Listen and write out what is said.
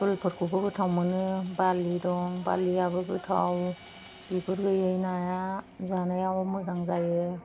सलफोरखौबो गोथाव मोनो बारलि दं बारलिआबो गोथाव बिगुर गैयै नाया जानायाव मोजां जायो